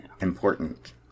important